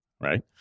right